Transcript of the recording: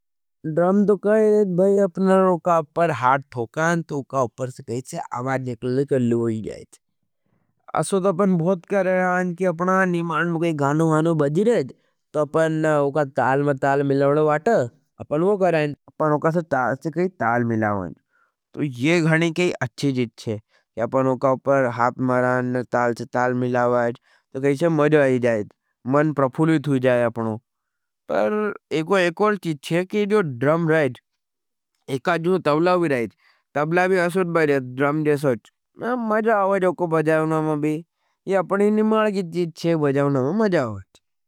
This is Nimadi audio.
ड्राम तो कहे रहे हज भाई, अपना उका अपर हाट ठोकान, तो उका अपर से गहेंचे, आबाद जेकलने चल्ली होई जायेंचे। असो तो अपना बहुत करे रहा हजंच। कि अपना निमान में काई गानो-गानो बज़ी रहजच। तो अपना उका ताल में ताल मिलावने वाटा, अपना वो करेंच। अपना उका से ताल से काई ताल मिलावने, तो ये घणी काई अच्छी चीज़ हज, कि अपना उका अपर हाट मरान, ताल से ताल मिलावने, तो गईशे मज़ा हज जायेंच, मन प्रफुली थूई जाये आपनो। पर एक होल चीज़ हज, कि जो ड्रम रहेंच, एक आज़ों टबला भी रहेंच, टबला भी असोट बजेत, ड्रम जैसोट, मज़ा आओज उको बजावने में भी, ये अपने ही निमाल की चीज़ हज, बजावने में मज़ा आओज।